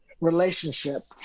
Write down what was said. relationship